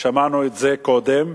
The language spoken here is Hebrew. ושמענו את זה קודם,